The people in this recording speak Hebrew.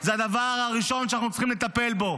זה הדבר הראשון שאנחנו צריכים לטפל בו